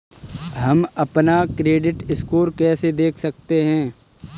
हम अपना credit score कैसे देख सकते हैं?